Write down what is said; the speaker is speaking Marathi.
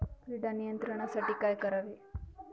कीड नियंत्रणासाठी काय करावे?